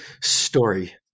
story